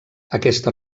aquesta